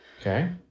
Okay